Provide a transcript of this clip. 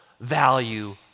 value